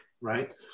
right